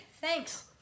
thanks